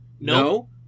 No